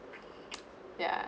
yaa